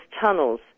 tunnels